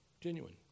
genuine